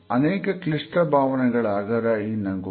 ಅನೇಕ ಕ್ಲಿಷ್ಟ ಭಾವನೆಗಳ ಆಗರ ಈ ನಗು